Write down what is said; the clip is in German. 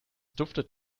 duftet